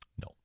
No